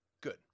Good